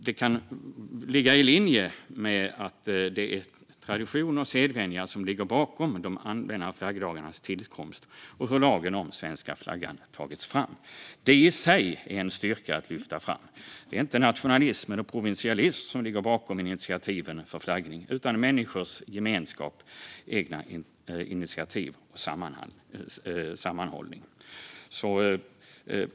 Det kan ligga i linje med att det är tradition och sedvänja som ligger bakom de allmänna flaggdagarnas tillkomst och hur lagen om svenska flaggan har tagits fram. Det i sig är en styrka att lyfta fram. Det är inte nationalism eller provinsialism som ligger bakom initiativen för flaggning, utan människors gemenskap, egna initiativ och sammanhållning.